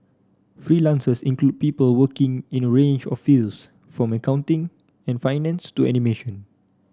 freelancers include people working in a range of fields from accounting and finance to animation